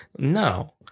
no